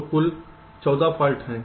तो कुल 14 फाल्ट हैं